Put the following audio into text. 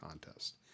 contest